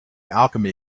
alchemy